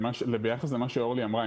ביחס למה שאורלי אמרה,